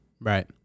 Right